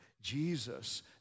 Jesus